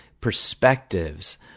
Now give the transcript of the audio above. perspectives